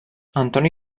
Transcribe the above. antoni